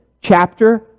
chapter